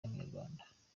y’amanyarwanda